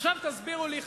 עכשיו תסבירו לי,